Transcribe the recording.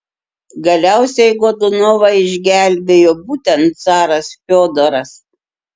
galiausiai godunovą išgelbėjo būtent caras fiodoras